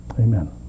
Amen